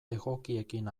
egokiekin